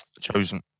Chosen